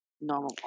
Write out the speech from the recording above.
normal